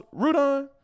Rudon